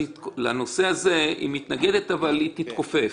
לנושא הזה הממשלה מתנגדת אבל היא תתכופף,